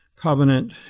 covenant